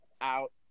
out